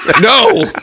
No